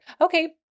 Okay